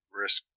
risk